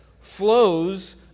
flows